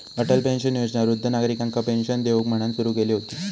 Atal pension Yojana वृद्ध नागरिकांका pension देऊक म्हणान सुरू केली हुती